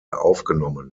aufgenommen